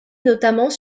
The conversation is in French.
notamment